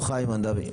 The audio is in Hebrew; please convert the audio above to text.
בבקשה.